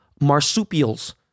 marsupials